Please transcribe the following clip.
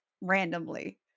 randomly